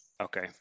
Okay